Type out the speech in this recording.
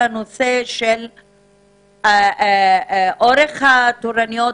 לגבי אורך התורנויות,